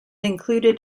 included